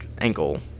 ankle